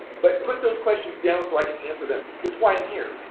but put those questions down so i can answer them, it's why i'm here,